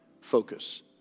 focus